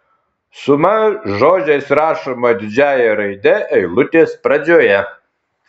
suma žodžiais rašoma didžiąja raide eilutės pradžioje